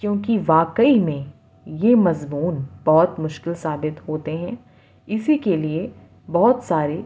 کیوںکہ واقعی میں یہ مضمون بہت مشکل ثابت ہوتے ہیں اسی کے لیے بہت سارے